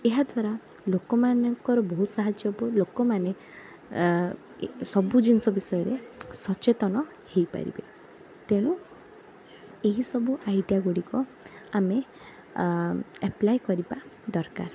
ଏହା ଦ୍ଵାରା ଲୋକମାନଙ୍କର ବହୁତ ସାହାଯ୍ୟ ହବ ଲୋକମାନେ ଆ ଏ ସବୁ ଜିନିଷ ବିଷୟରେ ସଚେତନ ହେଇପାରିବେ ତେଣୁ ଏହିସବୁ ଆଇଡ଼ିଆ ଗୁଡ଼ିକ ଆମେ ଆ ଆପଲାଏ କରିବା ଦରକାର